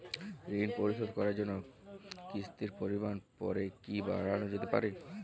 ঋন পরিশোধ করার জন্য কিসতির পরিমান পরে কি বারানো যেতে পারে?